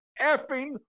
effing